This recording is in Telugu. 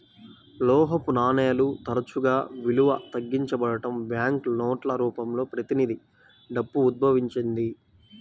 లోహపు నాణేలు తరచుగా విలువ తగ్గించబడటం, బ్యాంకు నోట్ల రూపంలో ప్రతినిధి డబ్బు ఉద్భవించింది